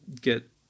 get